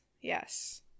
yes